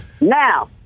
Now